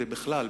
ובכלל,